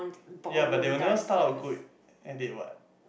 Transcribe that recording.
ya but they will never start out good at it what